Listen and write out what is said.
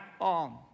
on